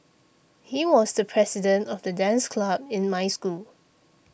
he was the president of the dance club in my school